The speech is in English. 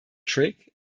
trick